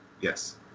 Yes